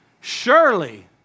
surely